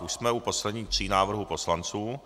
Už jsme u posledních tří návrhů poslanců.